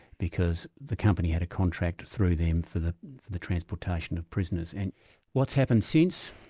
because the company had a contract through them for the the transportation of prisoners. and what's happened since,